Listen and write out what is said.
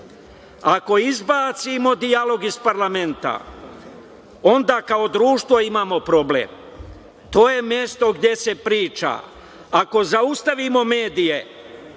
ako izbacimo dijalog iz parlamenta, onda kao društvo imamo problem. To je mesto gde se priča. Ako zaustavimo medije,